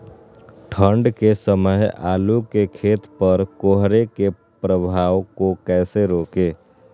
ठंढ के समय आलू के खेत पर कोहरे के प्रभाव को कैसे रोके?